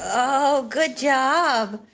ah good job.